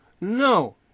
No